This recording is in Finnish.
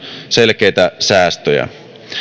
selkeitä säästöjä